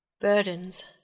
Burdens